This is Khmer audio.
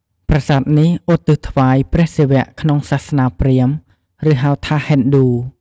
ប្រាសាទនេះឧទ្ទិសថ្វាយព្រះសិវៈក្នុងសាសនាព្រាហ្មណ៍ ឬហៅថា ហិណ្ឌូ។